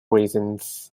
reasons